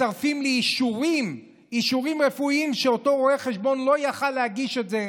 מצרפים לי אישורים רפואיים שאותו רואה חשבון לא יכול להגיש את זה,